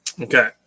Okay